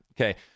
Okay